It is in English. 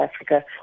Africa